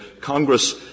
Congress